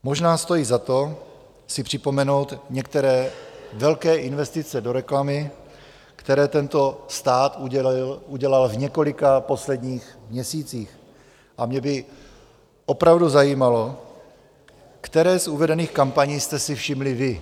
Možná stojí za to si připomenout některé velké investice do reklamy, které tento stát udělal v několika posledních měsících, a mě by opravdu zajímalo, které z uvedených kampaní jste si všimli vy.